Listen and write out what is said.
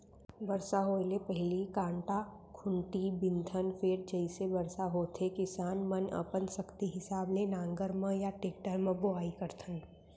बरसा होए ले पहिली कांटा खूंटी बिनथन फेर जइसे बरसा होथे किसान मनअपन सक्ति हिसाब ले नांगर म या टेक्टर म बोआइ करथन